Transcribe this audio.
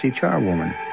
charwoman